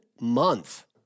month